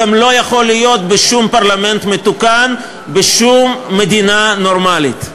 גם לא יכול להיות בשום פרלמנט מתוקן בשום מדינה נורמלית,